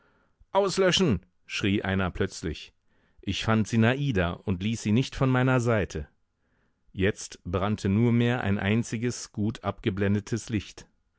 auslöschen schrie einer plötzlich ich fand sinada und ließ sie nicht von meiner seite jetzt brannte nur mehr ein einziges gut abgeblendetes licht